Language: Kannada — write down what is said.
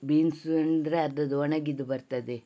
ಬೀನ್ಸು ಅಂದರೆ ಅದರದ್ದು ಒಣಗಿದ್ದು ಬರ್ತದೆ